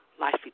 life